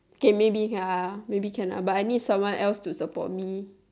k maybe maybe can ah but I need someone else to support me